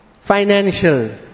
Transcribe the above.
financial